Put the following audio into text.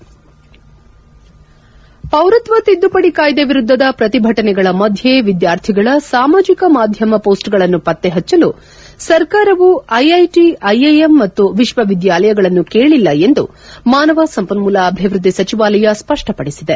head ಪೌರತ್ವ ತಿದ್ದುಪಡಿ ಕಾಯ್ದೆ ವಿರುದ್ಧದ ಪ್ರತಿಭಟನೆಗಳ ಮಧ್ಯೆ ವಿದ್ಯಾರ್ಥಿಗಳ ಸಾಮಾಜಕ ಮಾಧ್ಯಮ ಪೋಸ್ಟ್ಗಳನ್ನು ಪತ್ತೆ ಹಚ್ಚಲು ಸರ್ಕಾರವು ಐಐಟಿ ಐಐಎಂ ಮತ್ತು ವಿಶ್ವವಿದ್ಯಾಲಯಗಳ್ನು ಕೇಳಿಲ್ಲ ಎಂದು ಮಾನವ ಸಂಪನ್ಮೂಲ ಅಭಿವೃದ್ಧಿ ಸಚಿವಾಲಯ ಸ್ವಷ್ಟಪಡಿಸಿದೆ